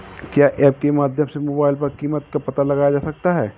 क्या ऐप के माध्यम से मोबाइल पर कीमत का पता लगाया जा सकता है?